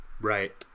Right